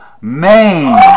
Maine